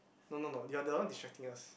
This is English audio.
no no no they are the one distracting us